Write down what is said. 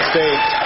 States